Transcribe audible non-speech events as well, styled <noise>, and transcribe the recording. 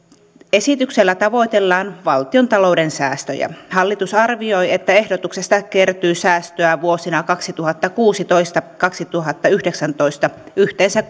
esityksellä tavoitellaan valtiontalouden säästöjä hallitus arvioi että ehdotuksesta kertyy säästöä vuosina kaksituhattakuusitoista viiva kaksituhattayhdeksäntoista yhteensä <unintelligible>